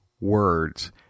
words